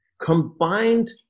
Combined